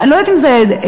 אני לא יודעת אם זה עזים,